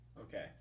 Okay